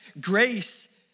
Grace